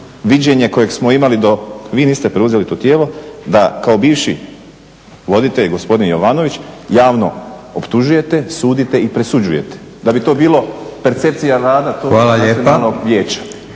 vi niste preuzeli to tijelo da kao bivši voditelj gospodin Jovanović javno optužujete, sudite i presuđujete. Da bi to bila percepcija … /Govornik se